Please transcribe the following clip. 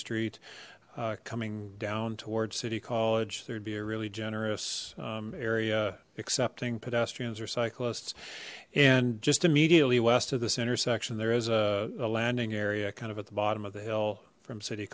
street coming down towards city college there'd be a really generous area accepting pedestrians or cyclists and just immediately west of this intersection there is a landing area kind of at the bottom of the hill from city